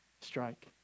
strike